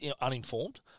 uninformed